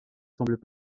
semblent